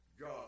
God